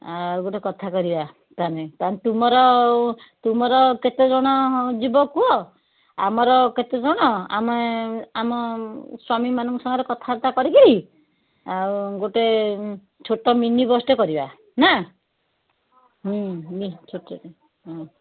ଆଉ ଗୋଟେ କଥା କରିବା ତାହାଲେ ତାହାଲେ ତୁମର ତୁମର କେତେ ଜଣ ଯିବ କୁହ ଆମର କେତେ ଜଣ ଆମେ ଆମ ସ୍ୱାମୀମାନଙ୍କ ସାଙ୍ଗରେ କଥାବାର୍ତ୍ତା କରିକିରି ଆଉ ଗୋଟେ ଛୋଟ ମିନି ବସ୍ ଟେ କରିବା ନା ହୁଁ ହୁଁ ଛୋଟିଆ ଟେ ହୁଁ